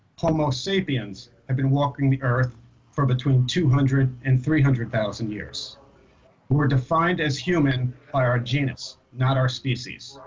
homo sapiens have been walking the earth for between two hundred and three hundred thousand years we were defined as human by our genus not our species.